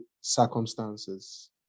circumstances